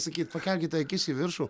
sakyt pakelkite akis į viršų